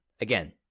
Again